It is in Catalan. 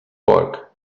porc